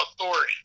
authority